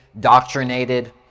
doctrinated